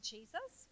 Jesus